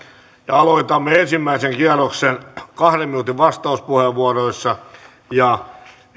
aloitamme ensimmäisen kierroksen kahden minuutin vastauspuheenvuoroissa ja